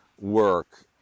work